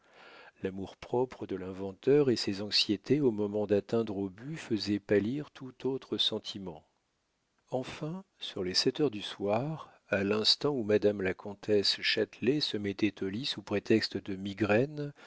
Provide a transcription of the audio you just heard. l'amour-propre de l'inventeur et ses anxiétés au moment d'atteindre au but faisaient pâlir tout autre sentiment enfin sur les sept heures du soir à l'instant où madame la comtesse châtelet se mettait au lit sous prétexte de migraine